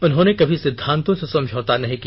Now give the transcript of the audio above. उन्होंने कभी सिद्दांतों से समझौता नहीं किया